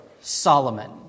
Solomon